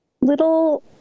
little